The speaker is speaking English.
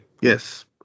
yes